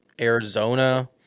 Arizona